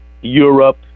Europe